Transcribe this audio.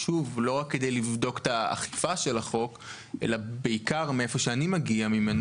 לא כדי לבדוק את אכיפת החוק אבל בעיקר מאיפה שאני מגיע ממנו